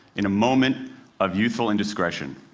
in a moment of youthful indiscretion,